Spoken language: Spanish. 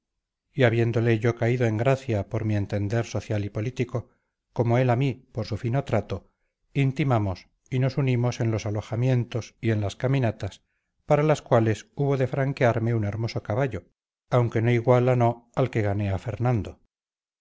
habiéndole yo caído en gracia por mi entender social y político como él a mí por su fino trato intimamos y nos unimos en los alojamientos y en las caminatas para las cuales hubo de franquearme un hermoso caballo aunque no iguala no al que gané a fernando